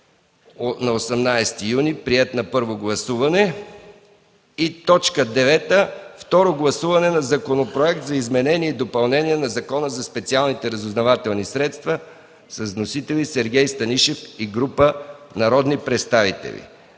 2013 г. Приет на първо гласуване. 9. Второ гласуване на Законопроект за изменение и допълнение на Закона за специалните разузнавателни средства. Вносители: Сергей Станишев и група народни представители.